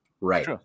Right